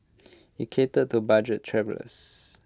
IT catered to budget travellers